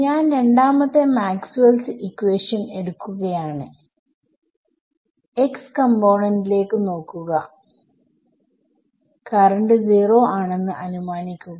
ഞാൻ രണ്ടാമത്തെ Maxwell's equation maxwells equation എടുക്കുകയാണ് x കമ്പോണെന്റ് ലേക്ക് നോക്കുക കറണ്ട് 0 ആണെന്ന് അനുമാനിക്കുക